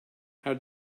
how